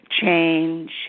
change